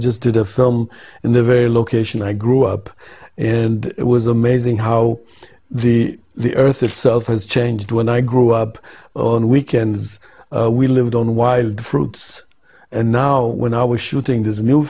just did a film in the very location i grew up and it was amazing how the the earth itself has changed when i grew up on weekends we lived on wild fruits and now when i was shooting this new